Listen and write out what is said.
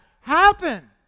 happen